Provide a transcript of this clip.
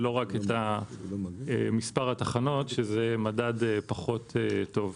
ולא רק את מספר התחנות כי זה מדד פחות טוב.